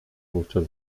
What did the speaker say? wówczas